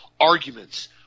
arguments